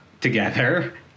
together